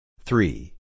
three